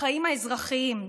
לחיים האזרחיים,